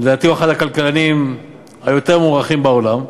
לדעתי הוא אחד הכלכלנים היותר-מוערכים בעולם,